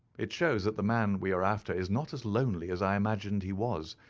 it shows that the man we are after is not as lonely as i imagined he was,